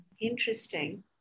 interesting